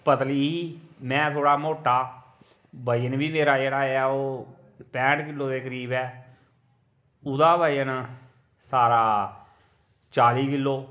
पतली ही में थोह्ड़ा मोटा बजन बी मेरा जेह्ड़ा ऐ ओ पैन्ट किलो दे करीब ऐ ओह्दा बजन सारा चाली किलो